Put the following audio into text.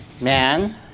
man